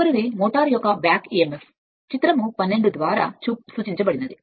తదుపరిది మోటారు యొక్క back emf సాధారణంగా చిత్రం 12 గా సూచించబడుతుంది